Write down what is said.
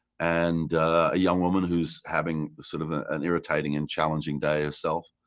and a young woman who is having sort of an irritating and challenging day herself,